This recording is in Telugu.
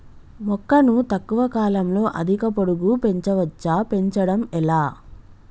మొక్కను తక్కువ కాలంలో అధిక పొడుగు పెంచవచ్చా పెంచడం ఎలా?